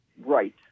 Right